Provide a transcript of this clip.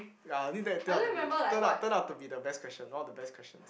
ya only that turn out to be turn out turn out to be the best question one of the best questions